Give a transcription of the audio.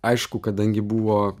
aišku kadangi buvo